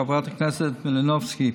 חברת הכנסת מלינובסקי,